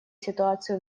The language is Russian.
ситуацию